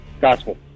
gospel